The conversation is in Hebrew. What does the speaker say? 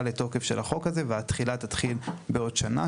לתוקף של החוק והתחילה תתחיל בעוד שנה,